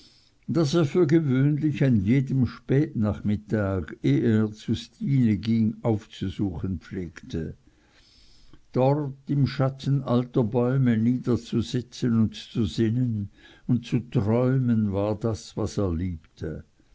das er für gewöhnlich an jedem spätnachmittag eh er zu stine ging aufzusuchen pflegte dort im schatten alter bäume niederzusitzen und zu sinnen und zu träumen war das was er liebte